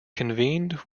convened